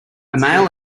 male